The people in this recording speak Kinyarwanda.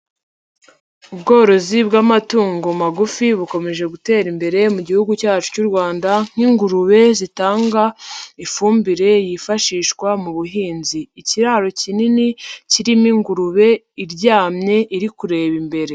Ubworozi bw'amatungo magufi bukomeje gutera imbere mu gihugu cyacu cy'u Rwanda nk'ingurube zitanga ifumbire yifashishwa mu buhinzi. Ikiraro kinini kirimo ingurube iryamye iri kureba imbere.